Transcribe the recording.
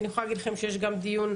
אני יכולה להגיד לכם שיש גם דיון,